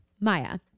Maya